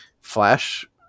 flash